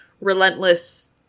relentless